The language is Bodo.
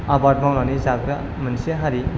आबाद मावनानै जाग्रा मोनसे हारि